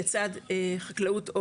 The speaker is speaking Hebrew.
לצד חקלאות,